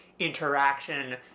Interaction